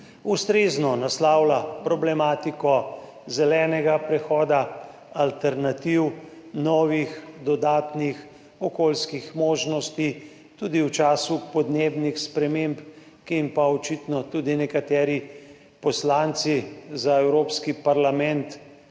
ustrezno naslavlja problematiko zelenega prehoda, alternativ, novih, dodatnih okoljskih možnosti, tudi v času podnebnih sprememb, ki jim pa očitno tudi nekateri poslanci za Evropski parlament